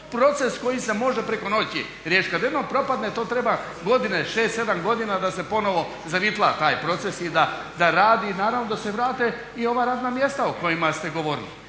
proces koji se može preko noći riješiti. Kada jednom propadne to treba godine, 6, 7 godina da se ponovno zavitla taj proces i da radi. I naravno da se vrate i ova radna mjesta o kojima ste govorili.